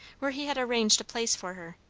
where he had arranged a place for her,